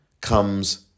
comes